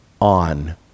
on